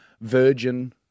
virgin